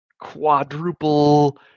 quadruple